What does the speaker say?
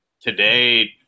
today